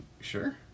Sure